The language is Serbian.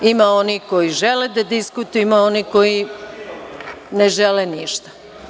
Ima onih koji žele da diskutuju, ima onih koji ne žele ništa.